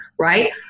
right